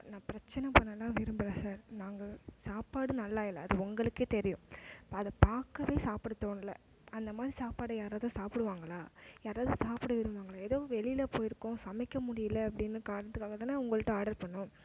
நான் பிரச்சனை பண்ணலாம் விரும்பலை சார் நாங்கள் சாப்பாடு நல்லா இல்லை அது உங்களுக்கே தெரியும் அதைப் பார்க்கவே சாப்பிட தோணலை அந்தமாதிரி சாப்பாடை யாராவது சாப்பிடுவாங்களா யாராவது சாப்பிட விரும்புவாங்களா எதோ வெளியில் போயிருக்கோம் சமைக்க முடியலை அப்படினு காரணத்துக்காக தானே உங்கள்ட்ட ஆர்டர் பண்ணோம்